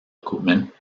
equipment